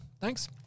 Thanks